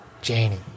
Janie